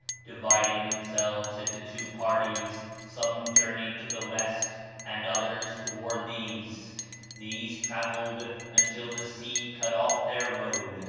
dividing themselves into two parties, some journeyed to the west and others toward the east these travelled until the sea cut off their road,